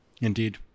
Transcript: Indeed